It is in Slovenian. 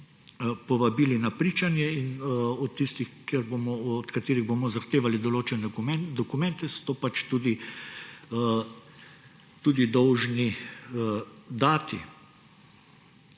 povabili na pričanje, in od tistih, od katerih bomo zahtevali določene dokumente, so to pač tudi dolžni dati.